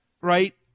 right